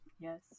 Yes